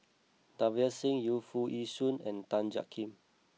Davinder Singh Yu Foo Yee Shoon and Tan Jiak Kim